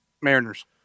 Mariners